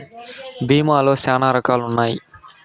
భీమా లో శ్యానా రకాలు ఉన్నాయి